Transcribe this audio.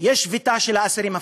יש שביתה של האסירים הפלסטינים.